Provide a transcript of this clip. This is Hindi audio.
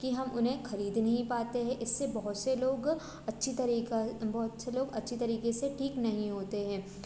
कि हम उन्हें ख़रीद नहीं पाते हैं इससे बहुत से लोग अच्छा तरीक़ा बहुत से लोग अच्छे तरीके से ठीक नहीं होते हैं